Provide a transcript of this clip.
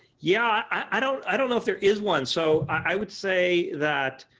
yeah, i don't i don't know if there is one, so i would say that